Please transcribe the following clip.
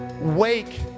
Wake